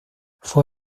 fue